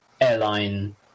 airline